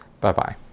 Bye-bye